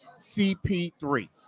cp3